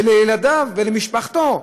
לילדיו ולמשפחתו.